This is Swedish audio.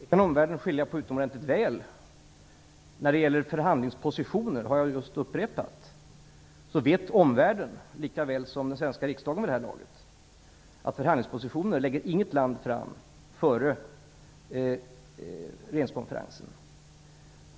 Herr talman! Det kan omvärlden skilja på utomordentligt väl. När det gäller förhandlingspositioner vet omvärlden vid det här laget lika väl som den svenska riksdagen att inget land lägger fram förhandlingspositioner före regeringskonferensen.